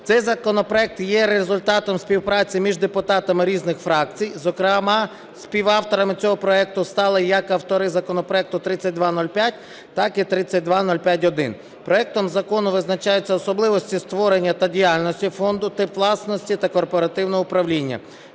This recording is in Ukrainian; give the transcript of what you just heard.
Цей законопроект є результатом співпраці між депутатами різних фракцій, зокрема, співавторами цього проекту стали, як автори законопроекту 3205 так і 3205-1. Проектом закону визначається особливості створення та діяльності фонду, тип власності та корпоративного управління.